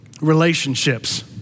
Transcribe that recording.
relationships